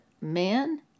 men